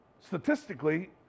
Statistically